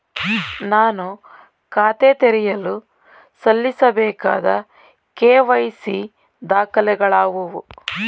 ನಾನು ಖಾತೆ ತೆರೆಯಲು ಸಲ್ಲಿಸಬೇಕಾದ ಕೆ.ವೈ.ಸಿ ದಾಖಲೆಗಳಾವವು?